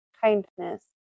kindness